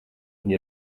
viņa